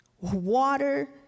water